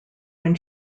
when